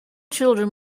children